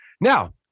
Now